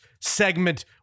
segment